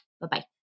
Bye-bye